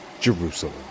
Jerusalem